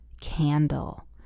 Candle